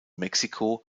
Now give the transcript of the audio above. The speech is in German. mexiko